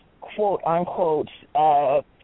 quote-unquote